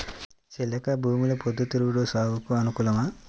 చెలక భూమిలో పొద్దు తిరుగుడు సాగుకు అనుకూలమా?